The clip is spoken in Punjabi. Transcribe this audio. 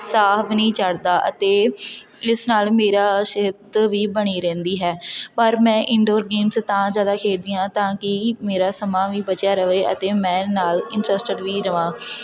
ਸਾਹ ਵੀ ਨਹੀਂ ਚੜ੍ਹਦਾ ਅਤੇ ਇਸ ਨਾਲ ਮੇਰਾ ਸਿਹਤ ਵੀ ਬਣੀ ਰਹਿੰਦੀ ਹੈ ਪਰ ਮੈਂ ਇੰਨਡੋਰ ਗੇਮਸ ਤਾਂ ਜ਼ਿਆਦਾ ਖੇਡਦੀ ਹਾਂ ਤਾਂ ਕਿ ਮੇਰਾ ਸਮਾਂ ਵੀ ਬਚਿਆ ਰਹੇ ਅਤੇ ਮੈਂ ਨਾਲ ਇੰਟਰਸਟਡ ਵੀ ਰਹਾਂ